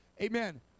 Amen